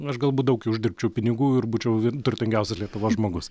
aš galbūt daug uždirbčiau pinigų ir būčiau turtingiausias lietuvos žmogus